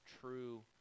true